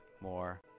more